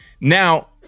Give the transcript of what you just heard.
Now